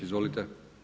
Izvolite.